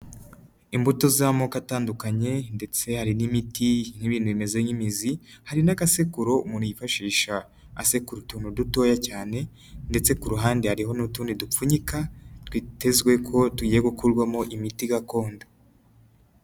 Imbuto z'amoko atandukanye ndetse hari n'imiti n'ibintu bimeze nk'imizi hari n'agasekuro umuntu yifashisha asekura utuntu dutoya cyane, ndetse ku ruhande hariho n'utundi dupfunyika twitezwe ko tugiye gukuramo imiti gakondo.